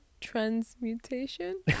transmutation